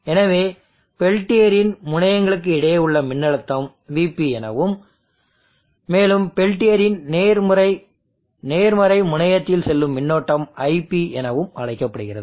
எனவே பெல்டியரின் முனையங்களுக்கு இடையே உள்ள மின்னழுத்தம் Vp எனவும் மேலும் பெல்ட்டியரின் நேர்மறை முனையத்தில் செல்லும் மின்னோட்டம் Ip எனவும் அழைக்கப்படுகிறது